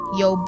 yo